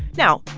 now,